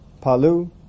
Palu